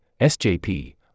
SJP